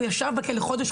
הוא ישב בכלא חודש,